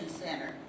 center